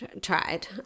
tried